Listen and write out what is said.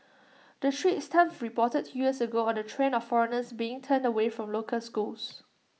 the straits times reported two years ago on the trend of foreigners bring turned away from local schools